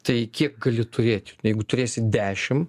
tai kiek gali turėt jų jeigu turėsi dešim